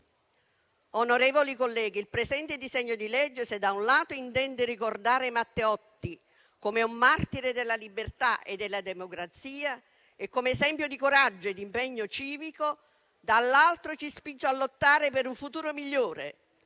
Onorevoli colleghi, il presente disegno di legge, se da un lato intende ricordare Matteotti come un martire della libertà e della democrazia e come esempio di coraggio ed impegno civico, dall'altro ci spinge a lottare per un futuro migliore,